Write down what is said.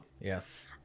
Yes